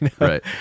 Right